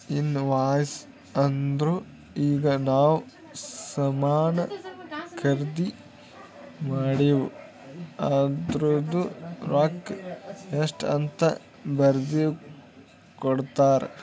invoice ಅಂದುರ್ ಈಗ ನಾವ್ ಸಾಮಾನ್ ಖರ್ದಿ ಮಾಡಿವ್ ಅದೂರ್ದು ರೊಕ್ಕಾ ಎಷ್ಟ ಅಂತ್ ಬರ್ದಿ ಕೊಡ್ತಾರ್